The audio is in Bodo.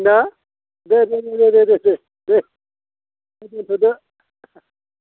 ना दे दे दे दे दे दे दे दे दे दे दोन्थ'दो